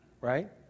right